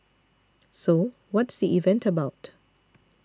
so what's the event about